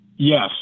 Yes